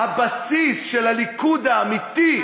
הבסיס של הליכוד האמיתי,